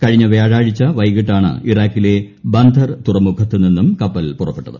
കഴിഞ്ഞ വൃാഴാഴ്ച വൈകിട്ടാണ് ഇറാക്കിലെ ബന്ദർ തുറമുഖത്ത് നിന്നും കപ്പൽ പുറപ്പെട്ടത്